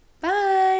bye